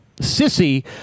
Sissy